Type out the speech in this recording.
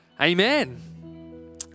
Amen